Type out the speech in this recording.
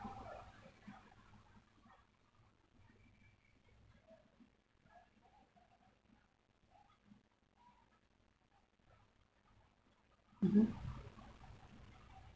mmhmm